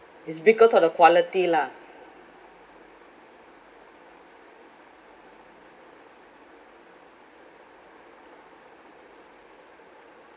it's because of the quality lah